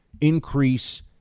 increase